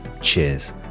cheers